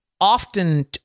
often